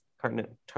Cartoon